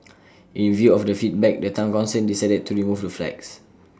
in view of the feedback the Town Council decided to remove the flags